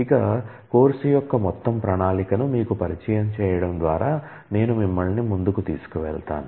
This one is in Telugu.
ఇక కోర్సు యొక్క మొత్తం ప్రణాళికను మీకు పరిచయం చేయడం ద్వారా నేను మిమ్మల్ని ముందుకు తీసుకువెళతాను